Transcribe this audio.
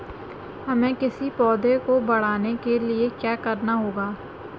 हमें किसी पौधे को बढ़ाने के लिये क्या करना होगा?